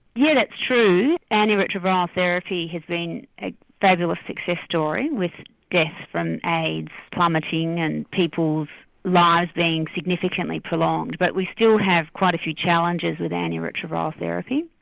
yeah that's true, antiretroviral therapy has been a fabulous success story with deaths from aids plummeting and people's lives being significantly prolonged but we still have quite a few challenges with antiretroviral therapy.